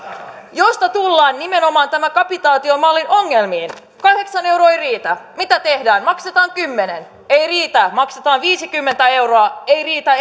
siitä tullaan nimenomaan tämän kapitaatiomallin ongelmiin kahdeksan euroa ei riitä mitä tehdään maksetaan kymmenen ei riitä maksetaan viisikymmentä euroa ei riitä